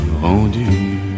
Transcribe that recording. rendu